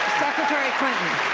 secretary clinton,